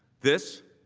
this